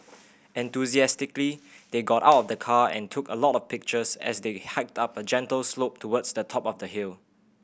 enthusiastically they got out of the car and took a lot of pictures as they hiked up a gentle slope towards the top of the hill